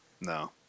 No